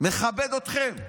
מכבד אתכם,